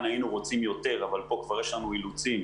היינו רוצים יותר אבל פה כבר יש לנו אילוצים